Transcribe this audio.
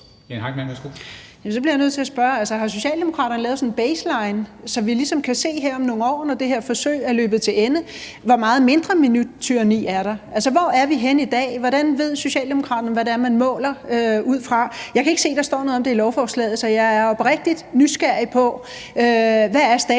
Har Socialdemokraterne lavet sådan en baseline, så vi ligesom kan se her om nogle år, når det her forsøg er løbet til ende, hvor meget mindre minuttyranni der er? Altså, hvor er vi henne i dag? Hvordan ved Socialdemokraterne, hvad det er, man måler ud fra? Jeg kan ikke se, at der står noget om det i lovforslaget, så jeg er oprigtigt nysgerrig på, hvad status